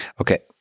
Okay